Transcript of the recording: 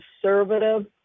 conservative